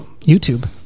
YouTube